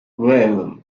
well